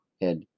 head